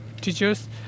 teachers